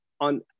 on